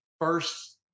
first